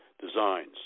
designs